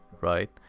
right